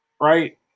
right